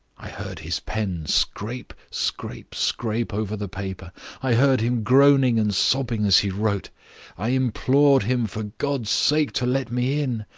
i heard his pen scrape, scrape, scrape over the paper i heard him groaning and sobbing as he wrote i implored him for god's sake to let me in.